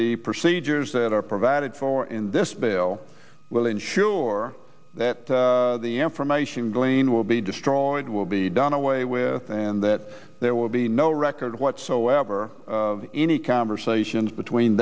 the procedures that are provided for in this bill will ensure that the information gleaned will be destroyed will be done away with and that there will be no record whatsoever any conversations between